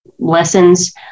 lessons